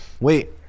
wait